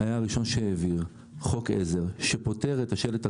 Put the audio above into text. היה הראשון שהעביר חוק עזר שפוטר את השלט הראשון,